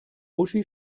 uschi